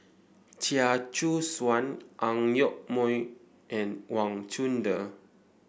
Chia Choo Suan Ang Yoke Mooi and Wang Chunde